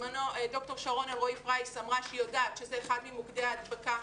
בזמנו דוקטור שרון אלרעי פרייס אמרה שהיא יודעת שזה אחד ממוקדי ההדבקה.